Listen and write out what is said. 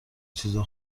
چیزا